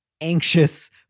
anxious